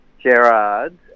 Gerard